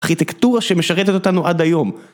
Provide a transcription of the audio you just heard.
ארכיטקטורה שמשרתת אותנו עד היום.